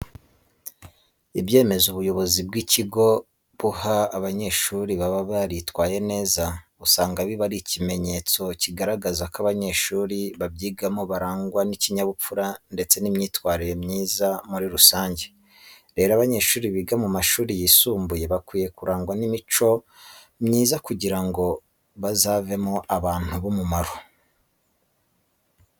Ibyemezo ubuyobozi bw'ibigo buha abanyeshuri baba baritwaye neza, usanga biba ari ikimenyetso kigaragaza ko abanyeshuri babyigamo barangwa n'ikinyabupfura ndetse n'imyitwarire myiza muri rusange. Rero abanyeshuri biga mu mashuri yisumbuye bakwiye kurangwa n'imico myiza kugira ngo bazavemo abantu b'umumaro.